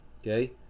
Okay